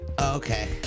Okay